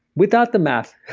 without the math?